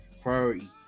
priority